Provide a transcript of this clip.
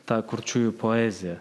ta kurčiųjų poezija